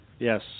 Yes